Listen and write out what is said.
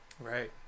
Right